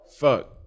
Fuck